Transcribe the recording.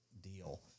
deal